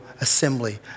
assembly